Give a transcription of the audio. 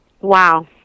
Wow